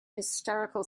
hysterical